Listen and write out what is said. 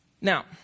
Now